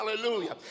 hallelujah